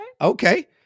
okay